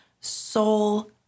soul